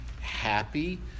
happy